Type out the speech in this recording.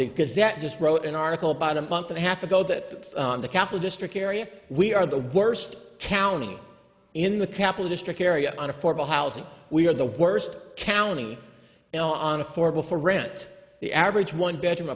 that just wrote an article about a month and a half ago that the couple district area we are the worst county in the capital district area on affordable housing we are the worst county in on affordable for rent the average one bedroom